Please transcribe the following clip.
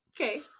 Okay